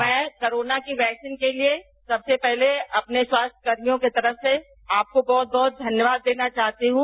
मैं कोरोना को वैक्सीन के लिए सबसे पहले अपने स्वास्थ्यकर्मियों की तरफ से आपको बहुत बहुत धन्यवाद देना चाहती हूं